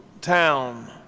town